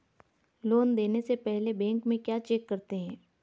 Loan देने से पहले बैंक में क्या चेक करते हैं?